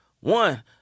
one